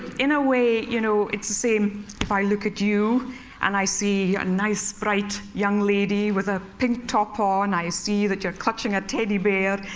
in a way, you know, it's the same if i look at you and i see a nice, bright young lady with a pink top on. ah and i see that you're clutching a teddy bear,